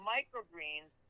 Microgreens